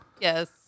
Yes